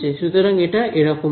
সুতরাং এটা এরকম হবে